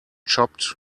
chopped